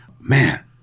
Man